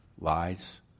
lies